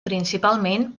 principalment